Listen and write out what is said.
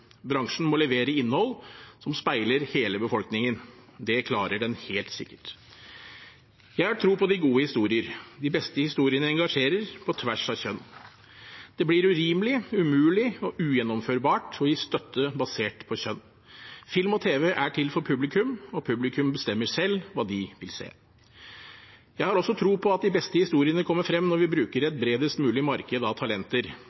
Bransjen må levere innhold som speiler hele befolkningen. Det klarer den helt sikkert. Jeg har tro på de gode historier. De beste historiene engasjerer, på tvers av kjønn. Det blir urimelig, umulig og ugjennomførbart å gi støtte basert på kjønn. Film og tv er til for publikum, og publikum bestemmer selv hva de vil se. Jeg har også tro på at de beste historiene kommer frem når vi bruker et bredest mulig marked av talenter.